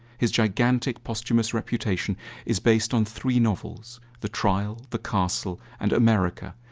his gigantic posthumous reputation is based on three novels the trial, the castle and america,